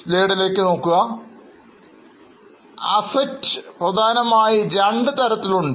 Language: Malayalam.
Assets ൽ പ്രധാനമായി രണ്ടുതരമുണ്ട്